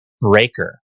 breaker